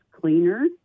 cleaner